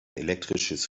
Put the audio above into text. elektrisches